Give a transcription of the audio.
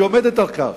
היא עומדת על כך,